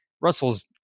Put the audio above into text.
Russell's